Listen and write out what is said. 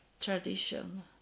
tradition